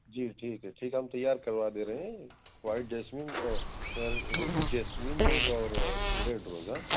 جی ٹھیک ہے ٹھیک ہے ہم تیار کروا دے رہے ہیں وائٹ جاسمین جاسمین روز اور ریڈ روز ہاں